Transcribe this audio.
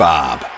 Bob